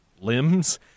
limbs